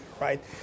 right